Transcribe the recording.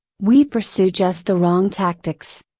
we pursue just the wrong tactics.